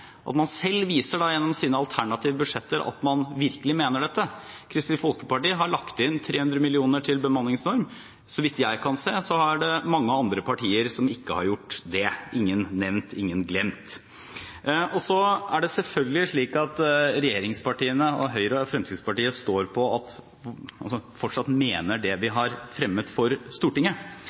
at man selv viser gjennom sine alternative budsjetter at man virkelig mener dette. Kristelig Folkeparti har lagt inn 300 mill. kr til bemanningsnorm. Så vidt jeg kan se, er det mange andre partier som ikke har gjort det – ingen nevnt, ingen glemt. Så er det selvfølgelig slik at regjeringspartiene, Høyre og Fremskrittspartiet, fortsatt mener det vi har fremmet for Stortinget,